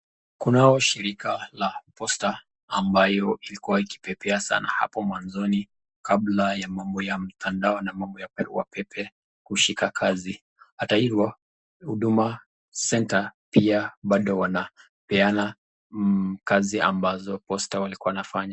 Kunayo shirika la posta ambayo ilikuwa ikipepea sana hapo mwanzoni kabla ya mambo ya mitandao na mambo ya barua pepe kushika kasi. Hata hivyo Huduma Centre pia bado wanapeana kazi ambazo Posta walikuwa wanafanya.